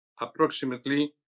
approximately